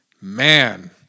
man